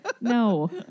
no